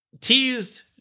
teased